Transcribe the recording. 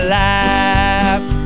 laugh